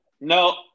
no